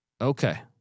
Okay